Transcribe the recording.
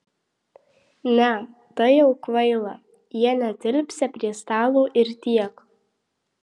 ne tai jau kvaila jie netilpsią prie stalo ir tiek